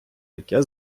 таке